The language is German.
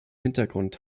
hintergrund